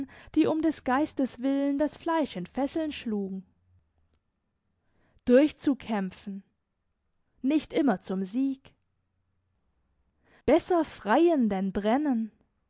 die um des geistes willen das fleisch in fesseln schlugen durchzukämpfen nicht immer zum sieg besser freien denn brennen